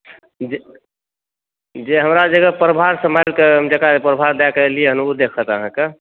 जे हमरा जगह पर प्रभार सम्भालिकऽ जेकरा हम प्रभार दय कऽ एलियै हँ ओ देखत अहाँकेँ